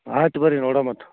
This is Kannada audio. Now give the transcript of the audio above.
ಆಯ್ತು ಬರ್ರಿ ನೋಡೋಣ ಮತ್ತೆ